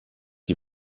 die